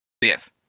Yes